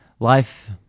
Life